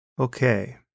okay